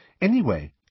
Anyway